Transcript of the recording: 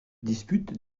disputent